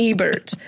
Ebert